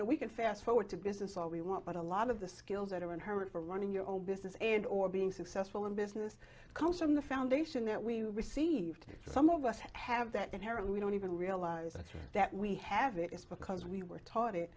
know we can fast forward to business all we want but a lot of the skills that are inherent for running your own business and or being successful in business comes from the foundation that we received some of us have that hair and we don't even realize that we have it is because we were taught it